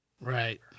Right